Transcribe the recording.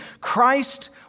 Christ